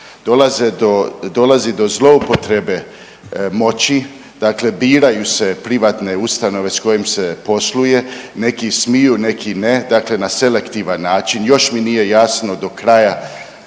dolazi do zloupotrebe moći dakle biraju se privatne ustanove s kojim se posluje, neki smiju, neki ne, dakle na selektivan način, još mi nije jasno do kraja